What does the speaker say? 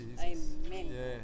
Amen